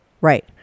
Right